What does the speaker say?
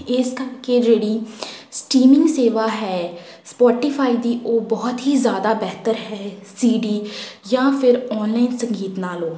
ਇਸ ਕਰਕੇ ਜਿਹੜੀ ਸਟੀਮਿੰਗ ਸੇਵਾ ਹੈ ਸਪੋਟੀਫਾਈ ਦੀ ਉਹ ਬਹੁਤ ਹੀ ਜ਼ਿਆਦਾ ਬਿਹਤਰ ਹੈ ਸੀ ਡੀ ਜਾਂ ਫਿਰ ਔਨਲਾਈਨ ਸੰਗੀਤ ਨਾਲੋਂ